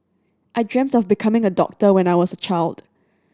I dreamt of becoming a doctor when I was a child